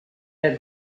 had